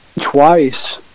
twice